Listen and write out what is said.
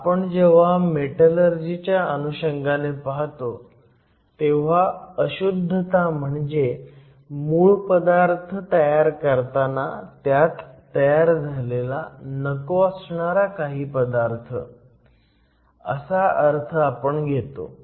आवण जेव्हा मेटलर्जी च्या अनुषंगाने पाहतो तेव्हा अशुद्धता म्हणजे मूळ पदार्थ तयार करताना त्यात तयार झालेला नको असणारा काही पदार्थ असा अर्थ आपण घेतो